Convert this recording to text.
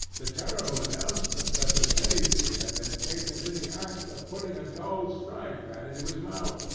the terrible announcement that the baby had been taken in the act of putting a doll's frying-pan into his mouth,